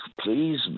please